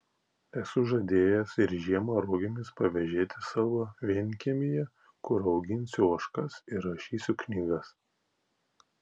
esu žadėjęs ir žiemą rogėmis pavėžėti savo vienkiemyje kur auginsiu ožkas ir rašysiu knygas